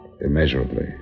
Immeasurably